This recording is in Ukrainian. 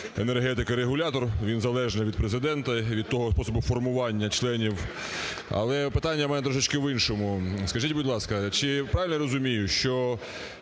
енергетики регулятора, він залежний від Президента і від того способу формування членів. Але питання у мене трошечки в іншому. Скажіть, будь ласка, чи правильно я розумію, що